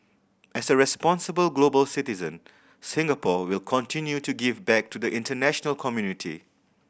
as a responsible global citizen Singapore will continue to give back to the international community